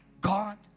God